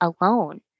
alone